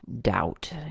doubt